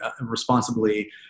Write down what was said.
responsibly